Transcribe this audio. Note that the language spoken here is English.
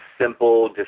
simple